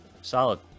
Solid